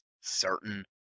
certain